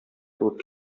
булып